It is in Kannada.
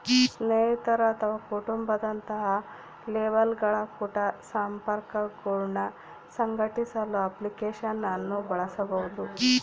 ಸ್ನೇಹಿತರು ಅಥವಾ ಕುಟುಂಬ ದಂತಹ ಲೇಬಲ್ಗಳ ಕುಟ ಸಂಪರ್ಕಗುಳ್ನ ಸಂಘಟಿಸಲು ಅಪ್ಲಿಕೇಶನ್ ಅನ್ನು ಬಳಸಬಹುದು